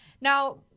Now